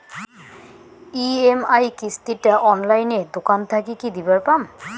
EMI কিস্তি টা অনলাইনে দোকান থাকি কি দিবার পাম?